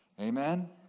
Amen